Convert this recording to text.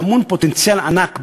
טמון פוטנציאל ענק,